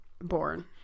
born